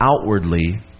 outwardly